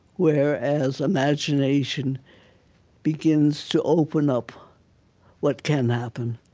whereas imagination begins to open up what can happen,